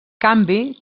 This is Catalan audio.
canvi